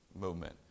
movement